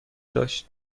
داشت